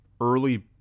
early